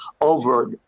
over